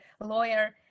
lawyer